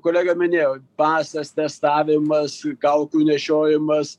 kolega minėjo pasas testavimas kaukių nešiojimas